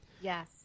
Yes